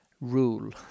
rule